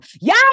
Y'all